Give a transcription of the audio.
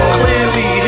clearly